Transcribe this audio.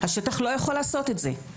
השטח לא יכול לעשות את זה.